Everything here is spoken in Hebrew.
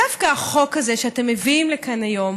דווקא החוק הזה שאתם מביאים לכאן היום,